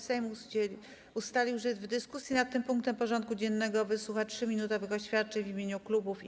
Sejm ustalił, że w dyskusji nad tym punktem porządku dziennego wysłucha 3-minutowych oświadczeń w imieniu klubów i kół.